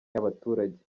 y’abaturage